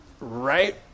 right